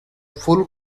full